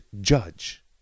judge